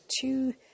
two